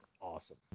awesome